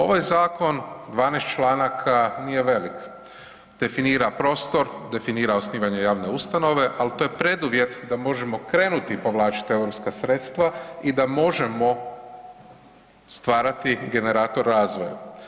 Ovaj zakon 12 članaka nije velike, definira prostor, definira osnivanje javne ustanove ali o je preduvjet da možemo krenuti povlačiti europska sredstva i da možemo stvarati generator razvoja.